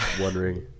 wondering